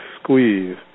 squeeze